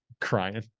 crying